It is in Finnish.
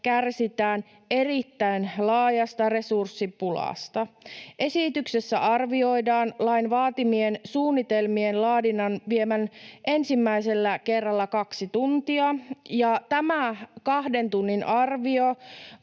kärsitään erittäin laajasta resurssipulasta. Esityksessä arvioidaan lain vaatimien suunnitelmien laadinnan vievän ensimmäisellä kerralla kaksi tuntia, ja tämä kahden tunnin arvio